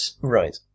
Right